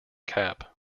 cap